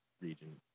region